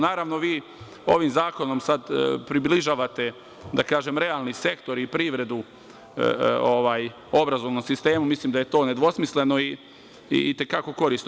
Naravno, vi ovim zakonom sada približavate realni sektor i privredu obrazovnom sistemu i misli da je to nedvosmisleno i i te kako korisno.